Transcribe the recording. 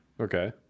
Okay